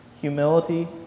Humility